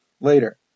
later